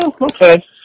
okay